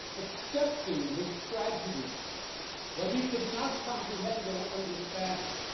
accepting this tragedy that he could not comprehend or understand.